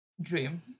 dream